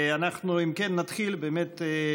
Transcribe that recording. אם כן, אנחנו נתחיל באמת.